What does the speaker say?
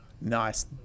Nice